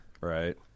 right